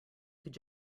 could